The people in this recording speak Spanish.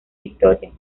victoria